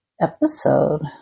episode